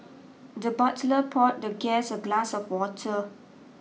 the butler poured the guest a glass of water